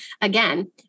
again